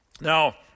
Now